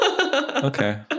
Okay